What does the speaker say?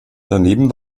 daneben